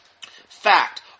Fact